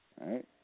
right